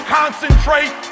concentrate